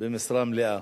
במשרה מלאה,